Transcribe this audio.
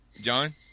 John